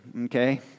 okay